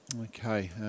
Okay